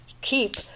keep